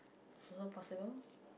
also possible